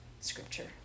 scripture